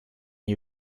you